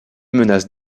menaces